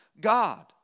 God